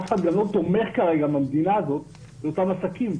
אף אחד גם לא תומך כרגע במדינה הזאת באותם עסקים,